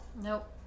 Nope